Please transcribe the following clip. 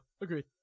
agreed